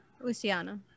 Luciana